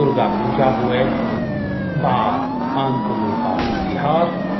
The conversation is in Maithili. दुर्गा पूजा हुए वा आन कोनो पाबनि तिहार